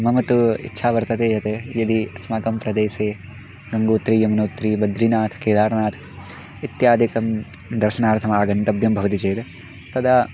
मम तु इच्छा वर्तते यत् यदि अस्माकं प्रदेशे गङ्गोत्री यमुनोत्री बद्रिनाथ् केदार्नाथ् इत्यादिकं दर्शनार्थमागन्तव्यं भवति चेत् तदा